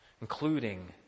including